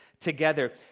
together